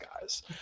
guys